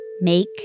Make